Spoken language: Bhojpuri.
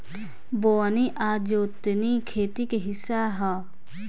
बोअनी आ जोतनी खेती के हिस्सा ह